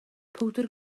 powdr